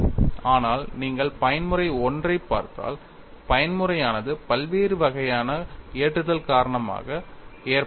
ஆனால் நீங்கள் பயன்முறை I ஐப் பார்த்தால் பயன்முறையானது பல்வேறு வகையான ஏற்றுதல் காரணமாக ஏற்படக்கூடும்